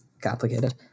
complicated